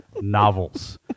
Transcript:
novels